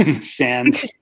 sand